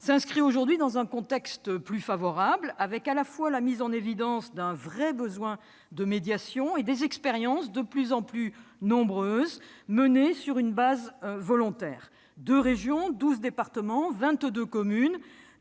s'inscrit aujourd'hui dans un contexte plus favorable, avec à la fois la mise en évidence d'un véritable besoin de médiation et des expériences de plus en plus nombreuses, menées sur une base volontaire. Deux régions, douze départements, vingt-deux communes,